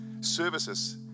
services